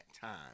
time